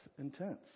intense